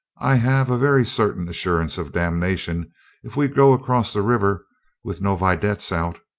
i have a very certain assurance of damnation if we go across the river with no vedettes out.